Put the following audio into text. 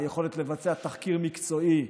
היכולת לבצע תחקיר מקצועי,